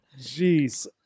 Jeez